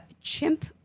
chimp